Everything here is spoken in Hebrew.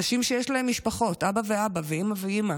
אנשים שיש להם משפחות, אבא ואבא ואימא ואימא,